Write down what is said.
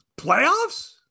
Playoffs